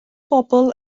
bobl